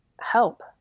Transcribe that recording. help